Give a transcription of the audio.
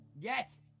Yes